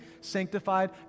sanctified